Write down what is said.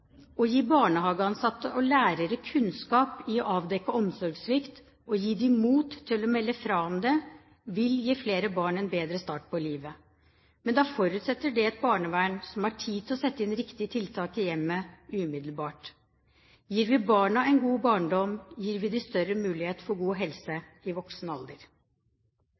Å gi barnehageansatte og lærere kunnskap om å avdekke omsorgssvikt og gi dem mot til å melde fra om det, vil gi flere barn en bedre start på livet. Men da forutsetter det et barnevern som har tid til å sette inn riktige tiltak i hjemmet umiddelbart. Gir vi barna en god barndom, gir vi dem større mulighet for god helse i voksen alder.